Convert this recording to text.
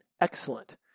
Excellent